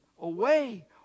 away